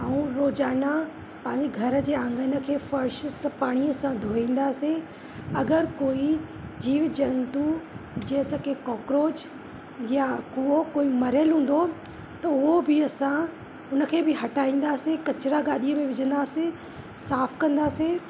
ऐं रोज़ाना पंहिंजे घर जे आंगन खे फ़र्श सां पाणीअ सां धोईंदासी अगर कोई जीव जन्तु जीअं त के कोकरोच या कूओ कोई मरियलु हूंदो त उहो बि असां उन खे बि हटाईंदासीं कचिरा गाॾीअ में विझंदासीं साफ़ कंदासीं